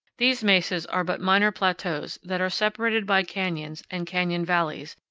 these mesas are but minor plateaus that are separated by canyons and canyon valleys,